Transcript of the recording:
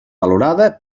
valorada